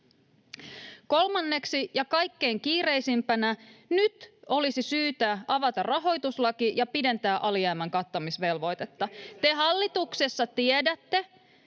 Kolmanneksi, ja kaikkein kiireisimpänä: Nyt olisi syytä avata rahoituslaki ja pidentää alijäämän kattamisvelvoitetta. [Ben Zyskowicz: Kenen